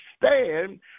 stand